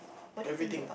everything ah